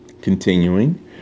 Continuing